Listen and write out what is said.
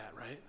right